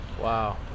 Wow